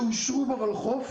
שאושרו בוולחו"ף,